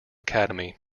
academy